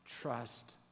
trust